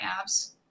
abs